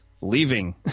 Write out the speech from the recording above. leaving